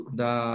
da